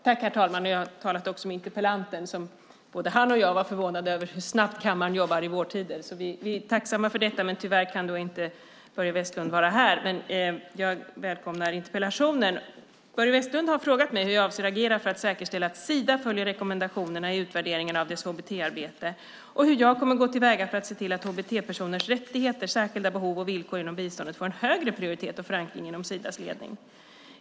Herr talman! Jag har talat med interpellanten. Både han och jag var förvånade över hur snabbt kammaren jobbar i vårtider. Vi är tacksamma för detta, men tyvärr kan inte Börje Vestlund vara här i dag. Men jag välkomnar interpellationen. Börje Vestlund har frågat mig hur jag avser att agera för att säkerställa att Sida följer rekommendationerna i utvärderingen av dess hbt-arbete och hur jag kommer att gå till väga för att se till att hbt-personers rättigheter, särskilda behov och villkor inom biståndet får en högre prioritet och förankring inom Sidas ledning.